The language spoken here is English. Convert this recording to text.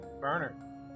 Burner